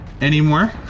anymore